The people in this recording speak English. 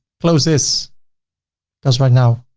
close this because right now,